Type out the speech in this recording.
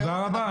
תודה רבה.